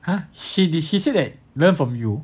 !huh! she did he said it learn from you